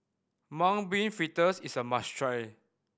Mung Bean Fritters is a must try